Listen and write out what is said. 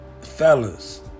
Fellas